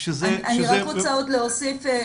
אני רק רוצה עוד להוסיף,